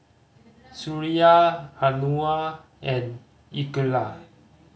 Suraya Anuar and Iqeelah